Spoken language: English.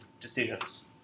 decisions